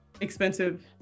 expensive